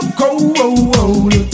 cold